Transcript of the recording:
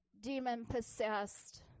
demon-possessed